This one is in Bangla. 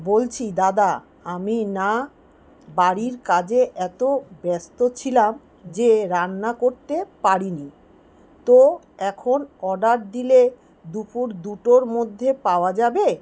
বলছি দাদা আমি না বাড়ির কাজে এত ব্যস্ত ছিলাম যে রান্না করতে পারি নি তো এখন অর্ডার দিলে দুপুর দুটোর মধ্যে পাওয়া যাবে